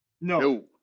No